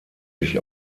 sich